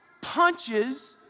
punches